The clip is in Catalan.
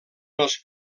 els